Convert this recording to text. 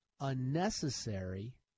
unnecessary